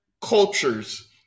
cultures